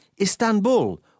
Istanbul